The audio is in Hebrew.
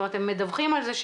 הם מדווחים על זה.